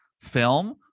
film